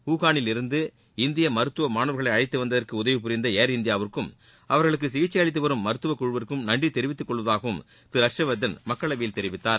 வூகானில் இருந்து இந்திய மருத்துவ மாணவர்களை அழைத்து வந்ததற்கு உதவி புரிந்த ஏர் இந்தியாவுக்கும் அவர்களுக்கு சிகிச்சை அளிதது வரும் மருத்துக்குழுவுக்கும் நன்றி தெரிவித்துக்கொள்வதாகவும் திரு ஹர்ஷ் வர்தன் மக்களவையில் தெரிவித்தார்